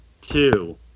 two